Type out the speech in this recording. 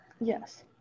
Yes